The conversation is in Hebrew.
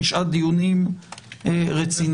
תשעה דיונים רציניים.